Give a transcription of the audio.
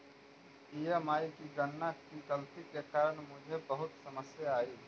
EMI की गणना की गलती के कारण मुझे बहुत समस्या आई